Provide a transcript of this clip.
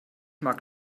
mag